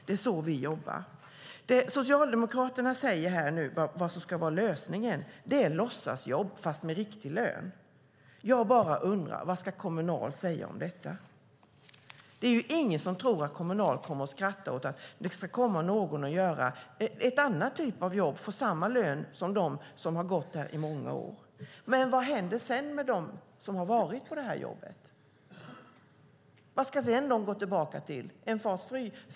Det är så vi jobbar. Socialdemokraterna anser att lösningen är låtsasjobb fast med riktig lön. Vad ska Kommunal säga om detta? Det är ingen som tror att Kommunal skrattar åt att någon ska komma och utföra en annan typ av jobb för samma lön som de får som har gått där i många år. Vad händer sedan med dem som har utfört jobbet? Vad ska de sedan gå tillbaka till?